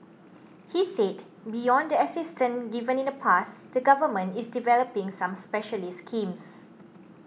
he said beyond the assistance given in the past the Government is developing some specialised schemes